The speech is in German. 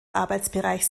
arbeitsbereich